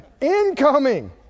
Incoming